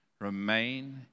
remain